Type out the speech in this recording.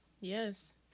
Yes